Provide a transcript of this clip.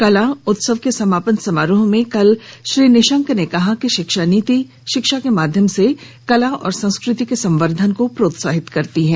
कला उत्सव के समापन समारोह में कल श्री निशंक ने कहा कि शिक्षा नीति शिक्षा के माध्यम से कला और संस्कृति के संवर्द्वन को प्रोत्साहित करती है